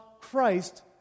Christ